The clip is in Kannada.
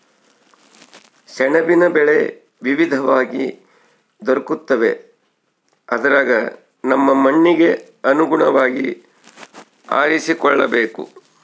ಸೆಣಬಿನ ಬೆಳೆ ವಿವಿಧವಾಗಿ ದೊರಕುತ್ತವೆ ಅದರಗ ನಮ್ಮ ಮಣ್ಣಿಗೆ ಅನುಗುಣವಾಗಿ ಆರಿಸಿಕೊಳ್ಳಬೇಕು